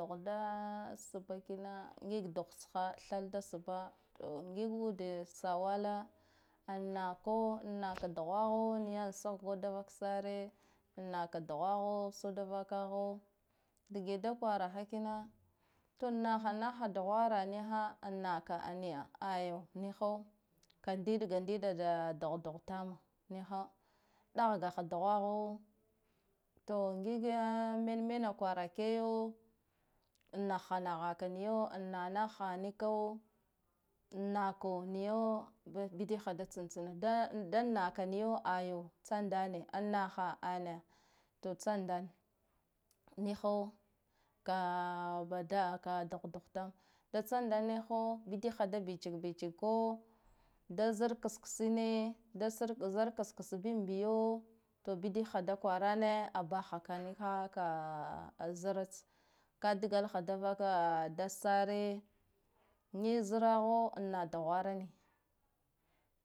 Duh da sbba kina ngig duh tsha than da sabba ngig ude sawala an nako naka duhaha an sugu da vaksare an naka duhwaho soda vakaho, dage da kwaraha kina to naha naha duhwara niha an naka niya ayya niho ka ndiɗga ndiɗga da duhdu tama niha ɗahgaha duhwaho, to ngi ge men mena kwarak eyo an na ha nahako niyo an nah naha niko an nako niyo bidigha da tsna tsna ɗan nako niyo ayo tsandane an naha ane, to tsandan niho ka badah ka duh duh tam, to da tsandan niho bidigha da bicik biciko da zar ksksine da zarkska binbiyo, to bidig ha da kwarane a baha ka niha ka zreke ka dglaha da vaka dadasare ni zraho ana duhwara niya